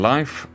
Life